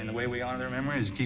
and way we honor their memory is keep